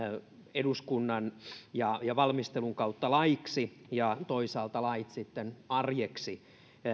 eduskunnan ja valmistelun kautta laiksi ja toisaalta lait sitten arjeksi